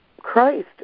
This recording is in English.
Christ